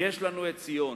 יש לנו ציון,